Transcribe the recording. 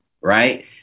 Right